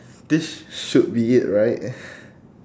this should be it right